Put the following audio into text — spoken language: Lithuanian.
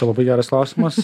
labai geras klausimas